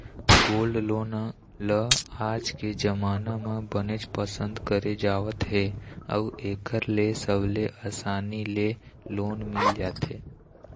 gold loan ल आज के जमाना म बनेच पसंद करे जावत हे अउ एखर ले सबले असानी ले लोन मिल जाथे